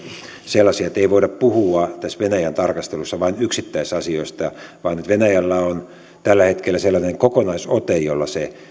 sellaisia että ei voida puhua tässä venäjän tarkastelussa vain yksittäisasioista vaan venäjällä on tällä hetkellä sellainen kokonaisote jolla se